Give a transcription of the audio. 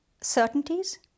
certainties